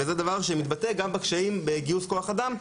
וזה דבר שמתבטא גם בקשיים בגיוס כוח אדם,